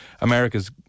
America's